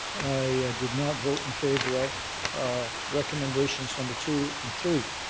i did not vote in favour of recommendations number two and three.